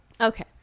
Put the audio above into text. okay